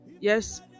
yes